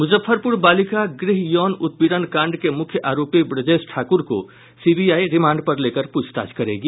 मुजफ्फरपुर बालिका गृह यौन उत्पीड़न कांड के मुख्य आरोपी ब्रजेश ठाकुर को सीबीआई रिमांड पर लेकर प्रछताछ करेगी